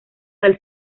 del